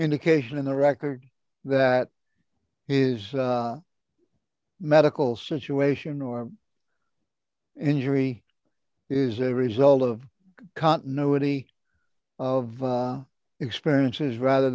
indication in the record that his medical situation or andry is a result of continuity of experiences rather